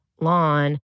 lawn